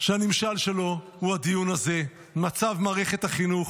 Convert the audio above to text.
שהנמשל שלו הוא הדיון הזה: מצב מערכת החינוך,